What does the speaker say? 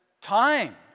time